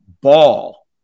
ball